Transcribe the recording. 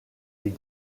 des